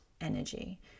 energy